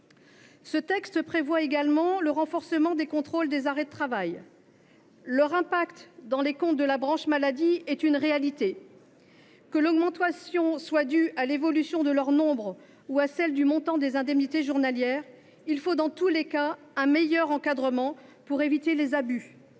ce texte prévoit le renforcement du contrôle des arrêts de travail. Leurs répercussions sur les comptes de la branche maladie sont une réalité. Que l’augmentation de leur coût soit due à l’évolution de leur nombre ou à celle du montant des indemnités journalières, il faut prévoir un meilleur encadrement pour éviter les abus